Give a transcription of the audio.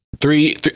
three